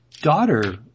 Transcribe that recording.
daughter